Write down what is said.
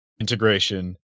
integration